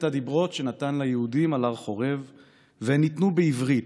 הדברות שנתן ליהודים על הר חורב / והן ניתנו בעברית,